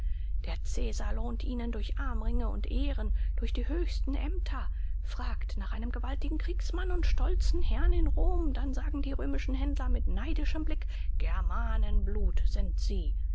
der cäsar lohnt ihnen durch armringe und ehren durch die höchsten ämter fragt nach einem gewaltigen kriegsmann und stolzen herrn in rom dann sagen die römischen händler mit neidischem blick germanenblut sind sie